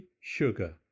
Sugar